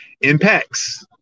impacts